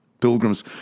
Pilgrims